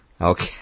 Okay